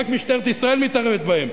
רק משטרת ישראל מתערבת בהם,